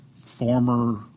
former